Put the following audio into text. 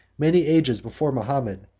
many ages before mahomet,